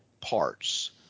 parts